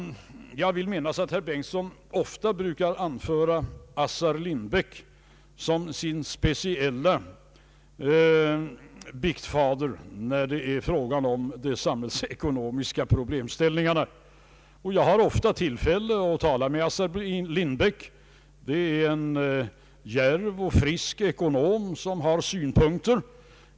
Jag vill minnas att herr Bengtson ofta brukar anföra Assar Lindbeck som sin specielle biktfader när det är fråga om de samhällsekonomiska problemställningarna. Jag har ofta tillfälle att tala med Assar Lindbeck. Det är en djärv och frisk ekonom som har synpunkter.